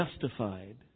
justified